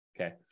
Okay